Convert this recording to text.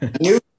new